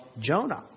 Jonah